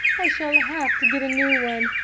i shall have to get a new one.